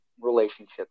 relationships